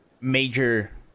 major